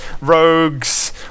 rogues